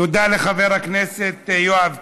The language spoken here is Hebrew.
תודה לחבר הכנסת יואב קיש.